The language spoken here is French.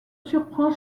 surprend